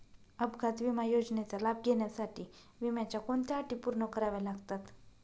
अपघात विमा योजनेचा लाभ घेण्यासाठी विम्याच्या कोणत्या अटी पूर्ण कराव्या लागतात?